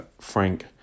Frank